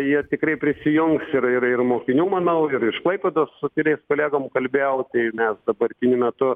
jie tikrai prisijungs ir ir ir mokinių manau ir iš klaipėdos su keliais kolegom kalbėjau tai mes dabartiniu metu